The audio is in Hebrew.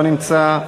לא נמצא.